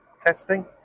Testing